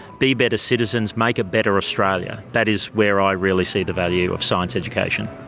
be better citizens, make a better australia, that is where i really see the value of science education.